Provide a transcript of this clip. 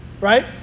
right